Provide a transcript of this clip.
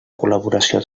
col·laboració